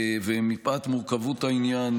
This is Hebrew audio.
ומפאת מורכבות העניין,